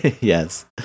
Yes